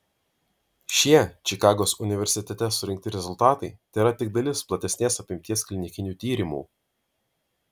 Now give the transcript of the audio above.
šie čikagos universitete surinkti rezultatai tėra tik dalis platesnės apimties klinikinių tyrimų